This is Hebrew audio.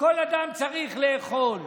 שכל אדם צריך לאכול.